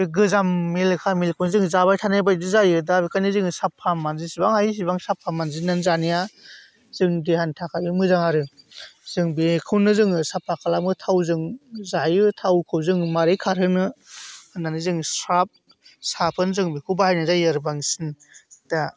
बे गोजाम मेलेखा मेलेखाखौनो जों जाबाय थानाय बायदि जायो दा बेखायनो जोङो साफा जेसेबां हायो एसेबां साफा मानजिनानै जानाया जोंनि देहानि थाखायनो मोजां आरो जों बेखौनो जोङो साफा खालामो थावजों जायो थावखौ जों माबोरै खारहोनो होननानै जों स्राब साबोन जों बेखौ बाहायनाय जायो आरो बांसिन दा